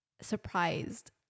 surprised